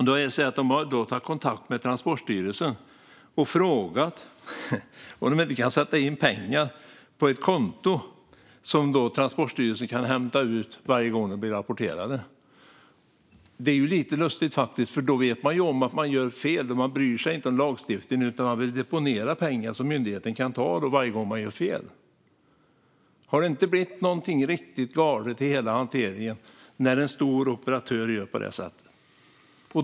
De har tagit kontakt med Transportstyrelsen och frågat om de inte kan få sätta in pengar på ett konto där Transportstyrelsen kan hämta ut pengar varje gång företaget blir rapporterat. Det är lite lustigt. De vet alltså om att de gör fel men bryr sig inte om lagstiftningen. De vill i stället deponera pengar som myndigheten kan ta av varje gång de gör fel. Har det inte blivit något riktigt galet i hela hanteringen när en stor operatör gör på detta sätt?